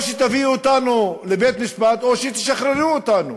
או שתביאו אותנו לבית-משפט, או שתשחררו אותנו,